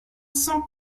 cent